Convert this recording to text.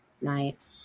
night